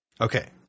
Okay